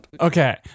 Okay